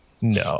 No